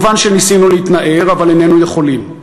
מובן שניסינו להתנער, אבל איננו יכולים.